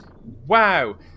Wow